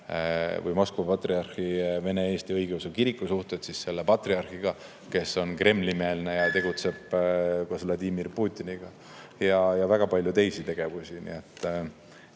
läbi Moskva Patriarhaadi Eesti Õigeusu Kiriku suhted selle patriarhiga, kes on Kremli-meelne ja tegutseb [koos] Vladimir Putiniga. On ka väga palju teisi tegevusi.